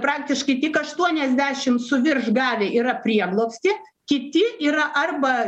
praktiškai tik aštuoniasdešim su virš gavę yra prieglobstį kiti yra arba